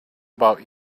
about